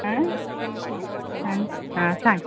आं आं सांग